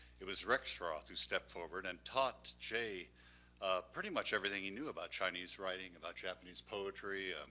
it was rexroth who stepped forward and taught jay pretty much everything he knew about chinese writing, about japanese poetry,